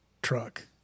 Truck